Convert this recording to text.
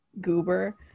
goober